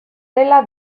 dela